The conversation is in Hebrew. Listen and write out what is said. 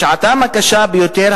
בשעתם הקשה ביותר,